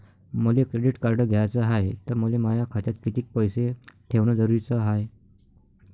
मले credit card घ्याचं हाय, त मले माया खात्यात कितीक पैसे ठेवणं जरुरीच हाय?